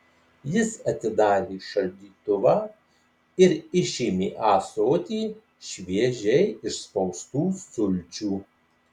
jis atidarė šaldytuvą ir išėmė ąsotį šviežiai išspaustų sulčių